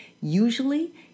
Usually